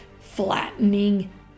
flattening